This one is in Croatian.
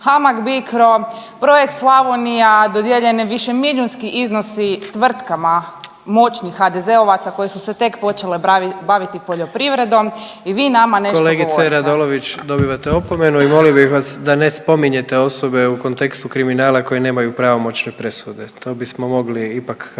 Hamag Bicro, Projekt Slavonija dodijeljene više miljunski iznosi tvrtkama moćnih HDZ-ovaca koji su se tek počele baviti poljoprivredom i vi nama nešto govorite. **Jandroković, Gordan (HDZ)** Kolegice Radolović dobivate opomenu i molio bih vas da ne spominjete osobe u kontekstu kriminala koji nemaju pravomoćne presude, to bismo mogli ipak